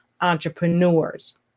entrepreneurs